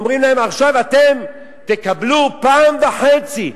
אומרים להם: עכשיו אתם תקבלו פעם וחצי.